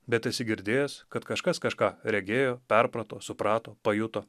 bet esi girdėjęs kad kažkas kažką regėjo perprato suprato pajuto